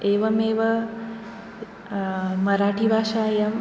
एवमेव मराठीभाषायाम्